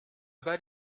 bas